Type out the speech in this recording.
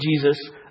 Jesus